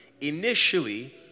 Initially